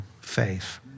faith